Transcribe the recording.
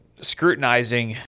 scrutinizing